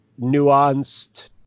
nuanced